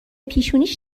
پیشونیش